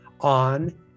on